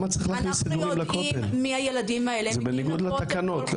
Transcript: אנחנו יודעים מי הילדים האלה --- זה בניגוד לתקנות.